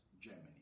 Germany